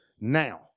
now